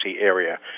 area